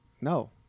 no